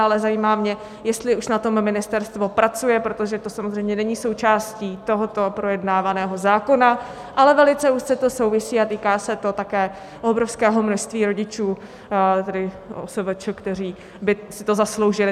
Ale zajímá mě, jestli už na tom ministerstvo pracuje, protože to samozřejmě není součástí tohoto projednávaného zákona, ale velice úzce to souvisí a týká se to také obrovského množství rodičů, tedy OSVČ, kteří by si to zasloužili.